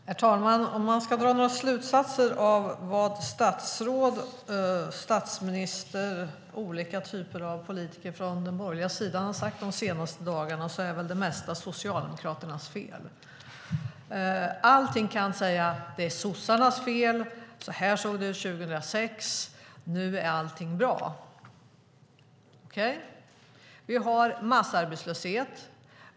Herr talman! Om man ska dra någon slutsats av vad statsråd, statsminister och olika typer av politiker från den borgerliga sidan har sagt de senaste dagarna är det väl att det mesta är Socialdemokraternas fel. Allting kan sägas vara sossarnas fel. Så här såg det ut 2006; nu är allting bra. Okej. Vi har massarbetslöshet.